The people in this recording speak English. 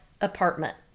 apartment